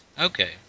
Okay